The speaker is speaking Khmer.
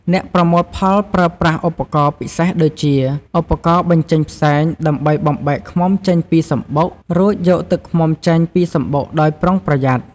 អ្នកប្រមូលផលប្រើប្រាស់ឧបករណ៍ពិសេសដូចជា ឧបករណ៍បញ្ចេញផ្សែងដើម្បីបំបែកឃ្មុំចេញពីសំបុក រួចយកទឹកឃ្មុំចេញពីសំបុកដោយប្រុងប្រយ័ត្ន។